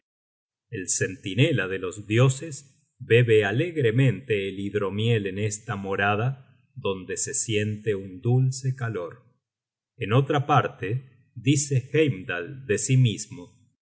el centinela de los dioses bebe alegremente el hidromiel en esta morada donde se siente un dulce calor en otra parte dice heimdal de sí mismo